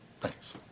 Thanks